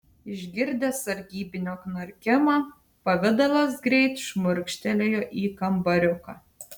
išgirdęs sargybinio knarkimą pavidalas greit šmurkštelėjo į kambariuką